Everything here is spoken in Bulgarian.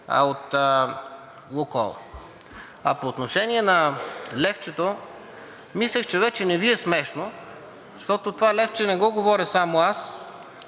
от „Лукойл“. А по отношение на левчето, мислех, че вече не Ви е смешно, защото това левче не го говоря само аз,